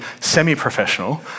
semi-professional